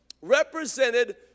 represented